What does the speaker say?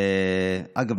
אגב,